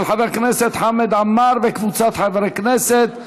של חבר הכנסת חמד עמאר וקבוצת חברי הכנסת.